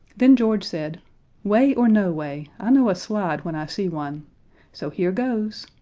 then george said way or no way, i know a slide when i see one so here goes.